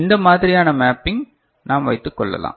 இந்த மாதிரியான மேப்பிங் நாம் வைத்துக் கொள்ளலாம்